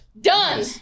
Done